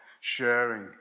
sharing